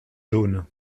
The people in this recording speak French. jaune